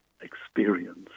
experience